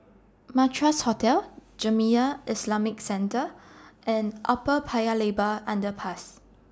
Madras Hotel Jamiyah Islamic Centre and Upper Paya Lebar Underpass